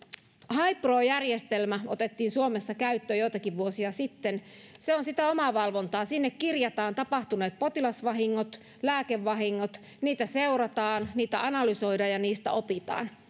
haipro järjestelmä otettiin suomessa käyttöön joitakin vuosia sitten se on sitä omavalvontaa sinne kirjataan tapahtuneet potilasvahingot ja lääkevahingot ja niitä seurataan niitä analysoidaan ja niistä opitaan